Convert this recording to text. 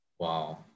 Wow